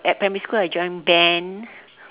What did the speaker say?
at primary school I join band